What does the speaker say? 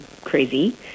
crazy